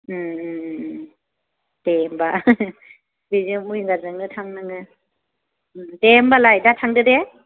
दे होम्बा बेनो विंगारजोंनो थां नोङो दे होम्बालाय दा थांदो दे